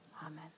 Amen